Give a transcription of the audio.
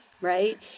right